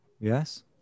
Yes